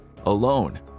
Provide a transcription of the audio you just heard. alone